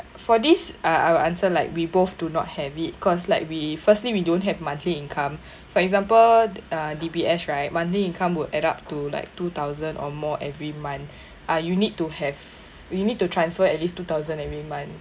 for this uh I will answer like we both do not have it cause like we firstly we don't have monthly income for example uh D_B_S right monthly income will add up to like two thousand or more every month ah you need to have we need to transfer at least two thousand every month